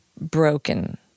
broken